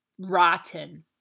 rotten